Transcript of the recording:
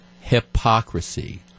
hypocrisy